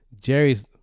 Jerry's